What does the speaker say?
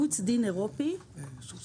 איך אימוץ החקיקה האירופית באה לידי